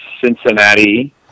Cincinnati